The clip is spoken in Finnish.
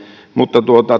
mutta